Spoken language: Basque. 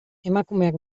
emakumeak